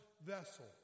vessel